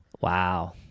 Wow